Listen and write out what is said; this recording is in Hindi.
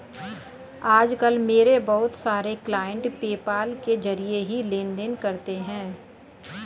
आज कल मेरे बहुत सारे क्लाइंट पेपाल के जरिये ही लेन देन करते है